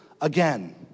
again